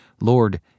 Lord